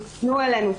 תפנו אלינו,